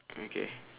okay